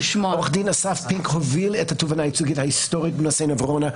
עורך דין אסף פינק הוביל את התובענה הייצוגית ההיסטורית בנושא עברונה,